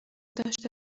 داشته